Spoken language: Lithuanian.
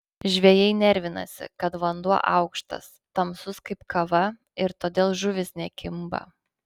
žvejai nervinasi kad vanduo aukštas tamsus kaip kava ir todėl žuvys nekimba